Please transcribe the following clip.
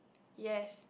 yes